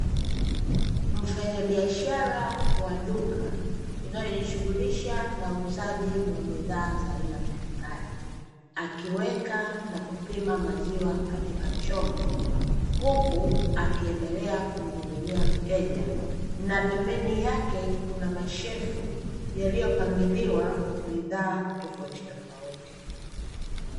Mfanyabiashara wa duka linalojishughulisha na uuzaji wa bidhaa za aina mbalimbali akiweka na kupima maziwa katika chombo huku akiendelea kumuhudumia mteja na pembeni yake kuna mshelfu yaliyopangiliwa bidhaa tofauti tofauti.